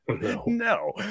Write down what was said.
No